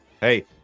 Hey